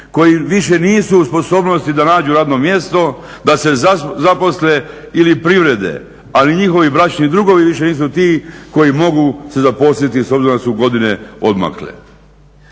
koji više nisu u sposobnosti da nađu radno mjesto, da se zaposle ili privrede a ni njihovi bračni drugovi više nisu ti koji mogu se zaposliti s obzirom da su godine odmakle.